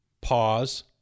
Pause